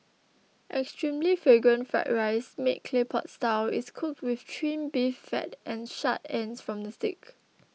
extremely Fragrant Fried Rice made Clay Pot Style is cooked with Trimmed Beef Fat and charred ends from the steak